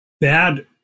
bad